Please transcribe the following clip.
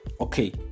okay